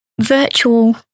virtual